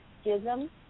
schism